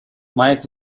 mike